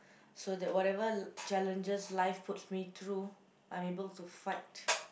so that whatever challenges life puts me through I am able to fight